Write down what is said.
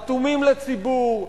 אטומים לציבור,